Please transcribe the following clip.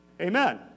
Amen